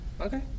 Okay